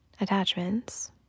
attachments